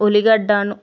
ఉల్లిగడ్డను